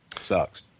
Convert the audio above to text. sucks